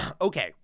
okay